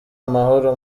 amahoro